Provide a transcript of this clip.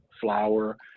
flour